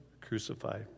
crucified